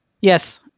Yes